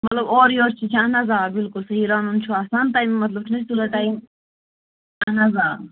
مطلب اورٕ یورٕ چھِ اہن حظ آ بِلکُل صحیح رَنُن چھُ آسان تَمہِ مطلب چھُنہٕ حظ تُلان ٹایِم اَہن حظ آ